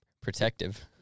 protective